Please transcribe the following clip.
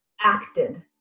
acted